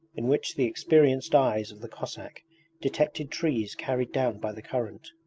in which the experienced eyes of the cossack detected trees carried down by the current.